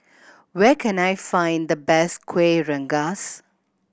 where can I find the best Kuih Rengas